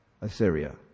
Assyria